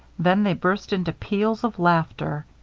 then they burst into peals of laughter.